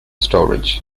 storage